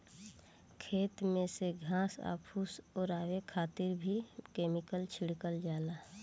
खेत में से घास आ फूस ओरवावे खातिर भी केमिकल छिड़कल जाला